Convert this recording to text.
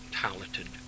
Talented